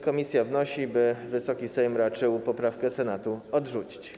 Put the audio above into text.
Komisja wnosi, by Wysoki Sejm raczył poprawkę Senatu odrzucić.